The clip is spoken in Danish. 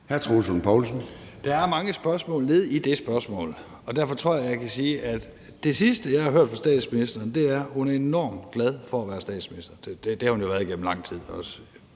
13:30 Troels Lund Poulsen (V): Der er mange spørgsmål nede i det spørgsmål, og derfor tror jeg, at jeg kan sige, at det sidste, jeg har hørt fra statsministeren, er, at hun er enormt glad for at være statsminister. Det har hun jo været igennem lang tid.